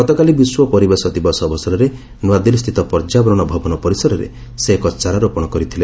ଗତକାଲି ବିଶ୍ୱ ପରିବେଶ ଦିବସ ଅବସରରେ ନ୍ନଆଦିଲ୍ଲୀସ୍ଥିତ ପର୍ଯ୍ୟାବରଣ ଭବନ ପରିସରରେ ସେ ଏକ ଚାରାରୋପଣ କରିଥିଲେ